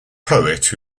poet